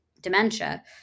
dementia